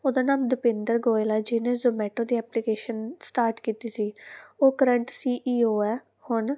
ਉਹਦਾ ਨਾਮ ਦੁਪਿੰਦਰ ਗੋਇਲ ਆ ਜਿਹਨੇ ਜੋਮੈਟੋ ਦੀ ਐਪਲੀਕੇਸ਼ਨ ਸਟਾਰਟ ਕੀਤੀ ਸੀ ਉਹ ਕਰੰਟ ਸੀ ਈ ਓ ਹੈ ਹੁਣ